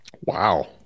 Wow